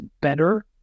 better